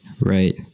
right